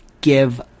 give